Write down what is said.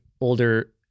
older